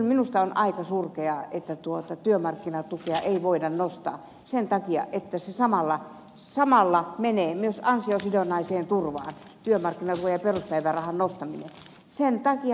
kyllä on aika surkeaa että työmarkkinatukea ei voida nostaa sen takia että työmarkkinatuen ja peruspäivärahan nostaminen samalla menee myös ansiosidonnaiseen turvaan työmarkkinatuen peruspäivärahan nostaminen sen takia